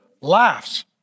laughs